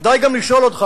כדאי גם לשאול אותך,